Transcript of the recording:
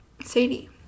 sadie